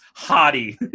hottie